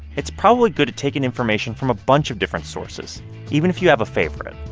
it's probably good to take in information from a bunch of different sources even if you have a favorite